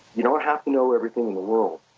you don't have to know everything in the world,